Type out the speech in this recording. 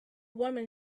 woman